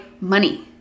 money